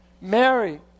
Mary